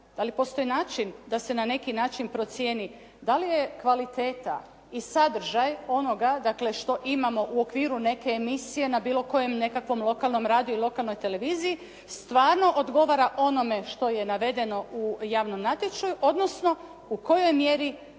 Dali postoji način da se na neki način procijeni dali je kvaliteta i sadržaj onoga dakle što imamo u okviru neke emisije na bilo kojem nekakvom lokalnom radiju i lokalnoj televizija, stvarno odgovara onome što je navedeno u javnom natječaju, odnosno u kojoj mjeri